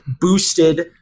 boosted